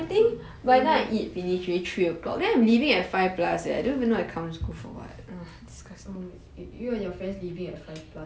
I just want go home 我只是要吃东西